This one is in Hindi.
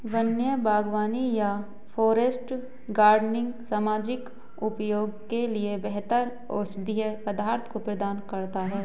वन्य बागवानी या फॉरेस्ट गार्डनिंग सामाजिक उपयोग के लिए बेहतर औषधीय पदार्थों को प्रदान करता है